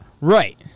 Right